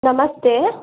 ನಮಸ್ತೆ